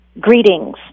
greetings